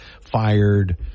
fired